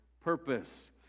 purpose